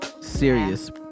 Serious